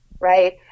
right